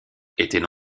étaient